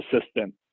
assistant